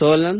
Solan